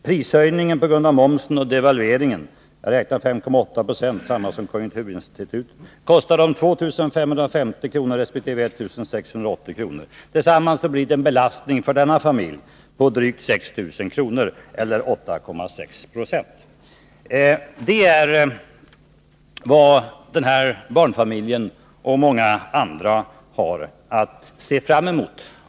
Prishöjningen på grund av moms och devalvering — jag räknar med 5,8 70, detsamma som konjunkturinstitutet — kostar dem 2 550 resp. 1 680 kr. Tillsammans blir det en belastning för denna familj på drygt 6 000 kr. eller 8,6 Po. Detta är vad den här barnfamiljen och många andra har att se fram emot.